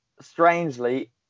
strangely